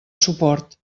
suport